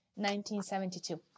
1972